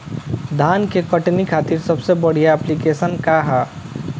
धान के कटनी खातिर सबसे बढ़िया ऐप्लिकेशनका ह?